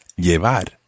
llevar